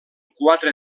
quatre